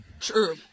True